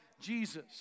Jesus